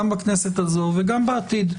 גם בכנסת הזו וגם בעתיד,